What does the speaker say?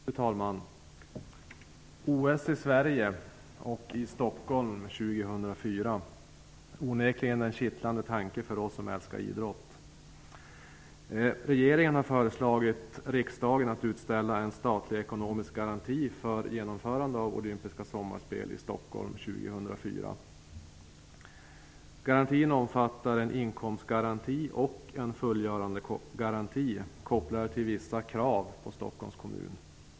Fru talman! OS i Sverige och i Stockholm år 2004. Det är onekligen en kittlande tanke för oss som älskar idrott. Regeringen har föreslagit riksdagen att utställa en statlig ekonomisk garanti för genomförande av olympiska sommarspel i Stockholm år 2004. Garantin omfattar en inkomstgaranti och en fullgörandegaranti kopplade till vissa krav på Stockholms kommun.